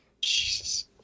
Jesus